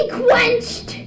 quenched